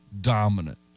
dominant